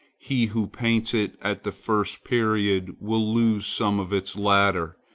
he who paints it at the first period will lose some of its later,